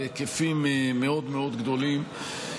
בהיקפים מאוד מאוד גדולים.